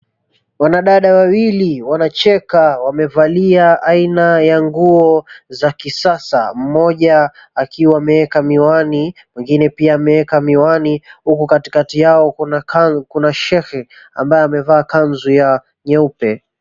Wanadada wawili wanacheka wamevalia aina ya nguo za kisasa, mmoja akiwa ameweka miwani na mwingine pia ameweka miwani huku katikati yao kuna shehe ambaye amevaa kanzu nyeupe.